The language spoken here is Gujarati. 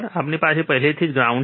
અને આપણી પાસે પહેલેથી જ ગ્રાઉન્ડ છે